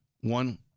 one